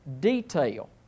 detail